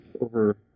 Over